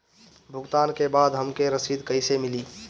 भुगतान के बाद हमके रसीद कईसे मिली?